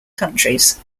countries